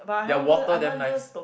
their water damn nice